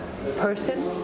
person